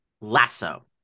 lasso